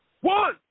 One